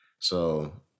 So-